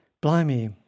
blimey